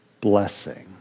blessing